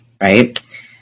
right